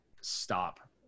stop